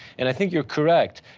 and i think you're correct.